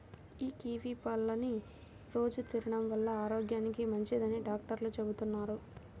యీ కివీ పళ్ళని రోజూ తినడం వల్ల ఆరోగ్యానికి మంచిదని డాక్టర్లు చెబుతున్నారు